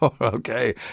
Okay